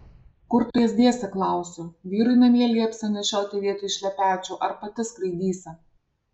kur tu jas dėsi klausiu vyrui namie liepsi nešioti vietoj šlepečių ar pati skraidysi